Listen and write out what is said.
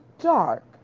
dark